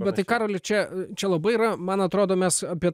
bet tai karoli čia čia labai yra man atrodo mes apie